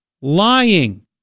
lying